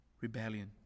rebellion